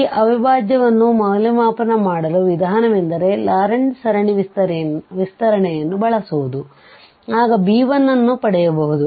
ಈ ಅವಿಭಾಜ್ಯವನ್ನು ಮೌಲ್ಯಮಾಪನ ಮಾಡಲು ವಿಧಾನವೆಂದರೆ ಲಾರೆಂಟ್ ಸರಣಿ ವಿಸ್ತರಣೆಯನ್ನು ಬಳಸಬಹುದು ಆಗ b1ನ್ನು ಪಡೆಯಬಹುದು